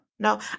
No